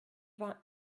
vingt